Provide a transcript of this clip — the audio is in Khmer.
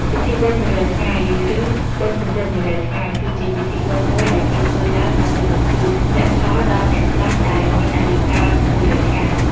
ពិធីបុណ្យមួយរយថ្ងៃ ឬ បុណ្យគម្រប់ ១០០ថ្ងៃ គឺជាពិធីបុណ្យមួយដែលគេធ្វើឡើងដើម្បីបញ្ជូនមគ្គផលដល់អ្នកស្លាប់ដែលមានអាយុកាលមួយរយថ្ងៃ។